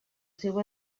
seu